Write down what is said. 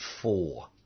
four